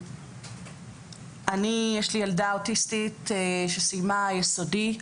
יש לי ילדה אוטיסטית שסיימה יסודי,